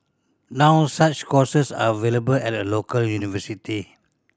now such courses are available at a local university